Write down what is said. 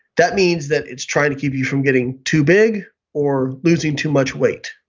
that means that it's trying to keep you from getting too big or losing too much weight,